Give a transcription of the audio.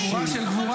מירב,